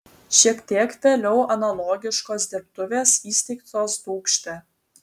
šiek tiek vėliau analogiškos dirbtuvės įsteigtos dūkšte